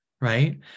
right